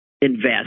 invest